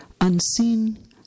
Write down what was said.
Unseen